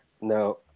No